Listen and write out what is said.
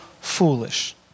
foolish